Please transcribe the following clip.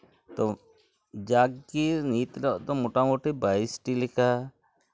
ᱛᱚ ᱡᱟᱠᱜᱮ ᱱᱤᱛ ᱫᱚ ᱢᱳᱴᱟᱢᱩᱴᱤ ᱵᱟᱭᱤᱥᱴᱤ ᱞᱮᱠᱟ